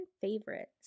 favorites